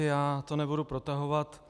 Já to nebudu protahovat.